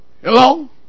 Hello